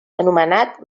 anomenat